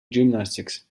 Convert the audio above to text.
gymnastics